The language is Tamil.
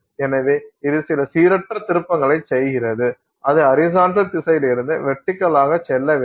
எனவே இது சில சீரற்ற திருப்பங்களைச் செய்கிறது அது ஹரிசாண்டல் திசையிலிருந்து வெர்டிகலாக செல்லவில்லை